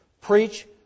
Preach